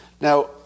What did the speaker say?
Now